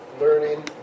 learning